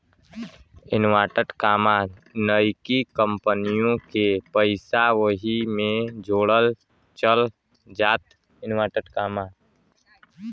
नइकी कंपनिओ के पइसा वही मे जोड़ल चल जात